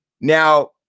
Now